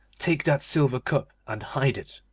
take that silver cup and hide it